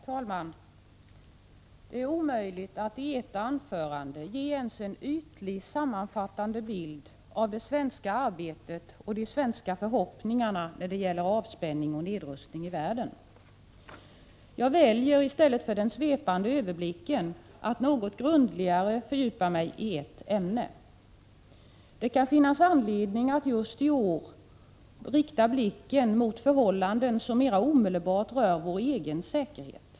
Herr talman! Det är omöjligt att i ett anförande ge ens en ytlig sammanfattande bild av det svenska arbetet och de svenska förhoppningarna när det gäller avspänning och nedrustning i världen. Jag väljer i stället för den svepande överblicken att något grundligare fördjupa mig i ett ämne. Det kan finnas anledning att just i år rikta blicken mot förhållanden som mera omedelbart rör vår egen säkerhet.